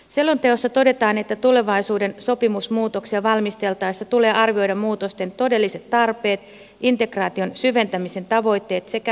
selonteossa todetaan että tulevaisuuden sopimusmuutoksia valmisteltaessa tulee arvioida muutosten todelliset tarpeet integraation syventämisen tavoitteet sekä sen aikataulu